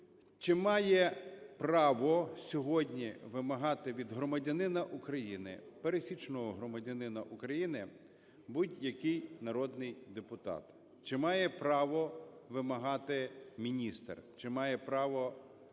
Чи має право сьогодні вимагати від громадянина України, пересічного громадянина України будь-який народний депутат? Чи має право вимагати міністр? Чи має право